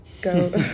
go